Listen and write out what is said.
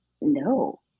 no